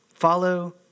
Follow